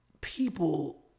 People